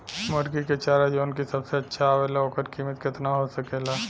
मुर्गी के चारा जवन की सबसे अच्छा आवेला ओकर कीमत केतना हो सकेला?